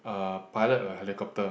uh pilot a helicopter